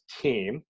team